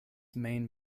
main